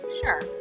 Sure